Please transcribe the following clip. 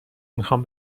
میخوام